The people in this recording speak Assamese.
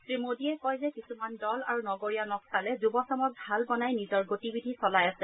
শ্ৰীমোডীয়ে কয় যে কিছুমান দল আৰু নগৰীয়া নক্সালে যুৱচামক ঢাল বনাই নিজৰ গতিবিধি চলাই আছে